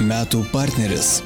metų partneris